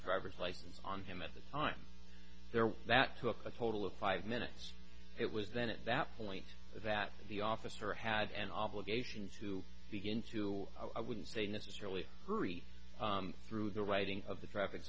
driver's license on him at the time there were that took a total of five minutes it was then at that point that the officer had an obligation to begin to i wouldn't say necessarily hurry through the writing of the traffic